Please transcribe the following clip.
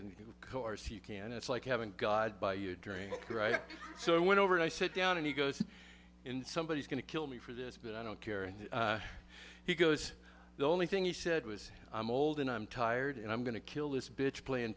of course you can it's like having god buy you dream right so i went over and i sit down and he goes in somebody is going to kill me for this but i don't care and he goes the only thing he said was i'm old and i'm tired and i'm going to kill this bitch playing